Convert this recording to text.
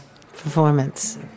performance